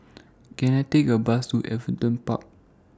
Can I Take A Bus to Everton Park